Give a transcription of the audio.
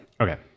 Okay